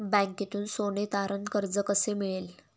बँकेतून सोने तारण कर्ज कसे मिळेल?